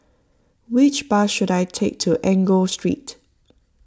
which bus should I take to Enggor Street